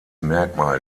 merkmal